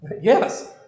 Yes